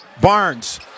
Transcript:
Barnes